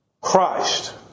Christ